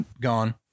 gone